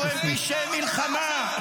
אלו הם פשעי מלחמה.